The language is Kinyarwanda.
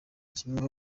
kimwe